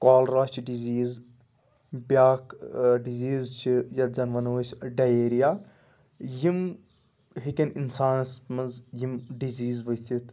cholera چھِ disease بیاکھ disease چھِ یَتھ زَن وَنو أسۍ ڈاییریا یِم ہیٚکن اِنسانَس منٛز یِم ڈِزیٖز ؤتھِتھ